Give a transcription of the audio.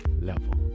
level